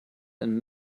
and